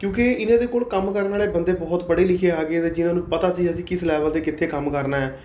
ਕਿਉਂਕਿ ਇਹਨਾਂ ਦੇ ਕੋਲ ਕੰਮ ਕਰਨ ਵਾਲੇ ਬੰਦੇ ਬਹੁਤ ਪੜ੍ਹੇ ਲਿਖੇ ਆ ਗਏ ਵੇ ਜਿਨ੍ਹਾਂ ਨੂੰ ਪਤਾ ਸੀ ਅਸੀਂ ਕਿਸ ਲੈਵਲ 'ਤੇ ਕਿੱਥੇ ਕੰਮ ਕਰਨਾ ਹੈ